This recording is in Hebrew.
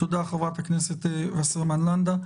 תודה, חברת הכנסת וסרמן לנדה.